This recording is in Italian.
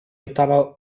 ottava